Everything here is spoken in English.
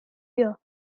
year